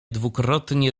dwukrotnie